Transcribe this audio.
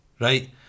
right